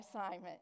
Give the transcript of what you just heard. assignment